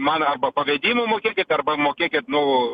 man arba pavedimu mokėkit arba mokėkit nu